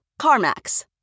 CarMax